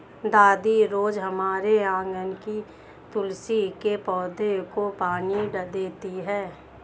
दादी रोज हमारे आँगन के तुलसी के पौधे को पानी देती हैं